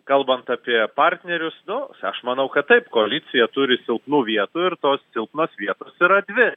kalbant apie partnerius nu aš manau kad taip koalicija turi silpnų vietų ir tos silpnos vietos yra dvi